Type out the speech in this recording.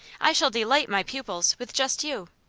i shall delight my pupils with just you.